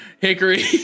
Hickory